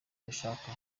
dushaka